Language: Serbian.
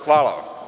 Hvala.